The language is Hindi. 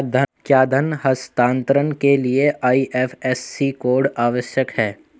क्या धन हस्तांतरण के लिए आई.एफ.एस.सी कोड आवश्यक है?